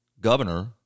governor